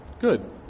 Good